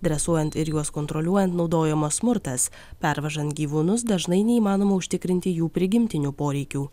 dresuojant ir juos kontroliuojant naudojamas smurtas pervežant gyvūnus dažnai neįmanoma užtikrinti jų prigimtinių poreikių